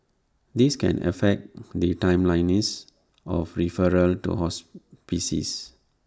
this can affect the timeliness of referrals to hospices